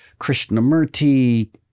krishnamurti